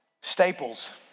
Staples